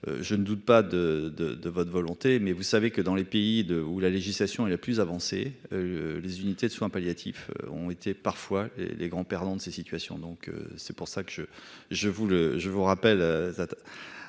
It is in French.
Je ne doute pas de de de votre volonté mais vous savez que dans les pays où la législation est la plus avancée. Les unités de soins palliatifs ont été parfois et les grands perdants de ces situations donc c'est pour ça que je vous le.